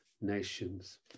nations